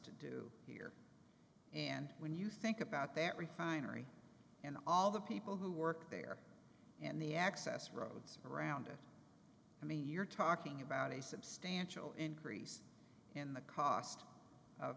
to do here and when you think about that refinery and all the people who work there and the access roads around it i mean you're talking about a substantial increase in the cost of